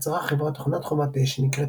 יצרה החברה תוכנת חומת אש שנקראה